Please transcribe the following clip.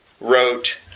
wrote